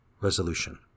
Resolution